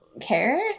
care